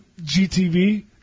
GTV